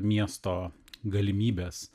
miesto galimybės